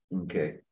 okay